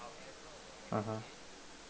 (uh huh)